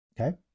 Okay